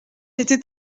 était